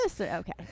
Okay